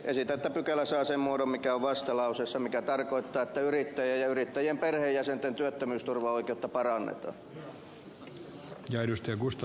ehdotan että pykälä saa sen muodon joka on vastalauseessa mikä tarkoittaa että yrittäjien ja yrittäjien perheenjäsenten työttömyysturvaoi keutta parannetaan